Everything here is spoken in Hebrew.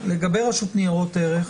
לגבי הרשות לניירות ערך,